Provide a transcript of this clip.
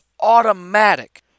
automatic